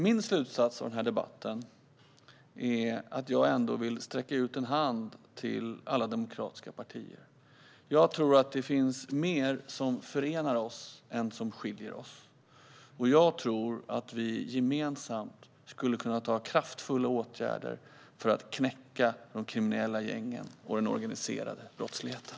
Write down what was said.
Min slutsats av den här debatten är att jag ändå vill sträcka ut en hand till alla demokratiska partier. Jag tror att det finns mer som förenar oss än som skiljer oss åt, och jag tror att vi gemensamt skulle kunna vidta kraftfulla åtgärder för att knäcka de kriminella gängen och den organiserade brottsligheten.